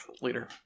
later